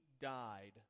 died